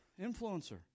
influencer